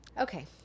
okay